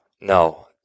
no